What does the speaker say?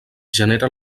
genera